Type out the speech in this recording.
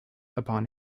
upon